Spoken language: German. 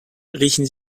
riechen